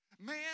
Man